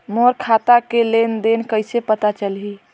मोर खाता के लेन देन कइसे पता चलही?